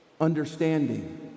understanding